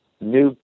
new